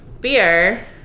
beer